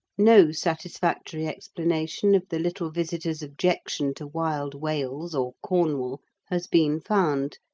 no satisfactory explanation of the little visitor's objection to wild wales or cornwall has been found,